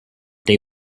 they